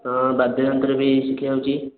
ହଁ ବାଦ୍ୟଯନ୍ତ୍ର ବି ଶିଖା ହେଉଛି